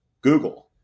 Google